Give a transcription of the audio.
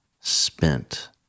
spent